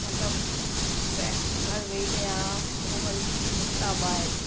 मतिलब पैक घरु वेही रहिया उहो वरी निकिता ॿाहिरि